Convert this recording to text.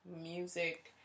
music